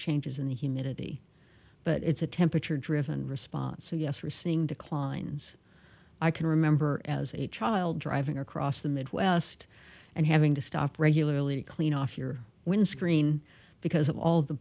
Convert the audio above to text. changes in the humidity but it's a temperature driven response so yes we're seeing declines i can remember as a child driving across the midwest and having to stop regularly clean off your windscreen because of all the